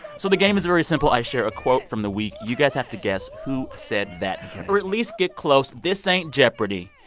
so the game is very simple. i share a quote from the week. you guys have to guess who said that or at least get close. this ain't jeopardy.